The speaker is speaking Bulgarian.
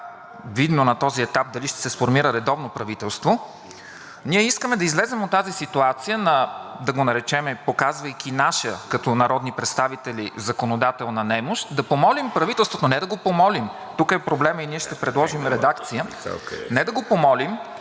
видно на този етап дали ще се сформира редовно правителство. Ние искаме да излезем от тази ситуация, да го наречем, „показвайки нашата, като народни представители, законодателна немощ“, да помолим правителството, не да го помолим, тук е проблемът и ние ще предложим редакция, не да го помолим,